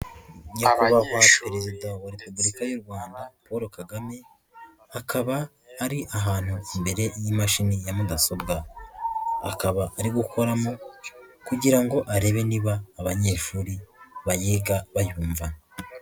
Nyakubahwa perezida wa Repubulika y'u Rwanda Paul Kagame akaba ari ahantu imbere y'imashini ya mudasobwa akaba ari gukoramo kugira ngo arebe niba abanyeshuri bayiga bayumva.